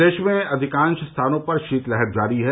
प्रदेश में अधिकांश स्थानों पर शीतलहर जारी है